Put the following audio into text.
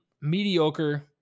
mediocre